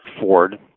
Ford